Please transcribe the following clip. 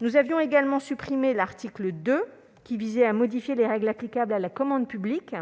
Nous avions également supprimé l'article 2, qui modifiait les règles applicables à la commande publique